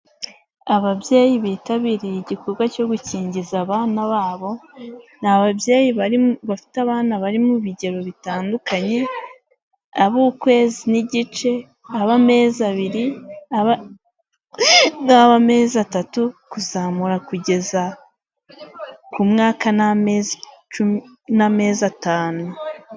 Ababyeyi bitabiriye igikorwa cyo gukingiza abana babo ni ababyeyi bafite abana bari mu bigero bitandukanye ab'ukwezi n'igice, ab'amezi abiri amezi, atatu kuzamura kugeza ku mwaka n'amezi atanu.